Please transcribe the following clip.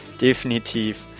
Definitiv